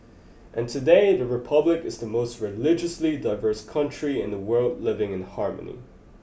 and today the republic is the most religiously diverse country in the world living in harmony